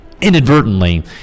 inadvertently